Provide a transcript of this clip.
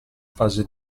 fase